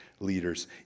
leaders